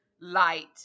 light